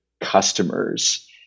customers